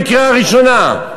בקריאה ראשונה.